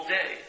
day